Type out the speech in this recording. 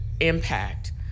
impact